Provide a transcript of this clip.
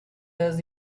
does